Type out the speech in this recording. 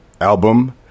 album